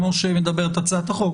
על מה שמדברת הצעת החוק,